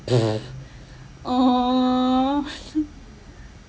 uh